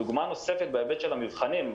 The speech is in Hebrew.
דוגמה נוספת בהיבט של המבחנים,